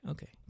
Okay